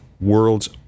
World's